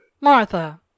Martha